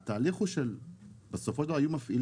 התהליך הוא שבסופו של דבר היו מפעילים.